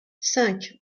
cinq